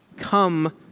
come